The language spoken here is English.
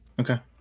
Okay